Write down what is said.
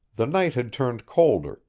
the night had turned colder,